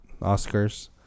Oscars